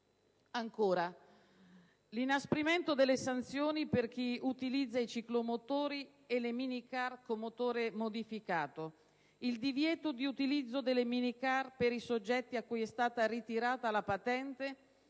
l'inasprimento delle sanzioni per chi utilizza i ciclomotori e le minicar con motore modificato; il divieto di utilizzo delle minicar per i soggetti cui è stata ritirata la patente,